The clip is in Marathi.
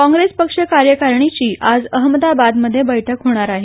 काँग्रेस पक्ष कार्यकारिणीची आज अहमदाबाद मध्ये बैठक होणार आहे